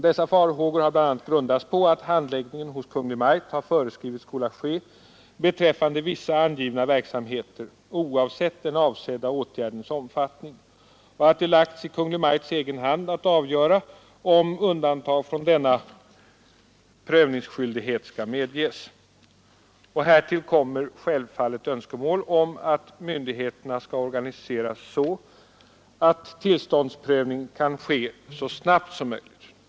Dessa farhågor har bl.a. grundats på att handläggningen hos Kungl. Maj:t har föreskrivits skola ske beträffande vissa angivna verksamheter — oavsett den avsedda åtgärdens omfattning — och att det lagts i Kungl. Maj:ts egen hand att avgöra om undantag från denna prövningsskyldighet skall medges. Härtill kommer självfallet önskemål om att myndigheterna skall organiseras så, att tillståndsprövning kan ske så snabbt som möjligt.